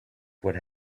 would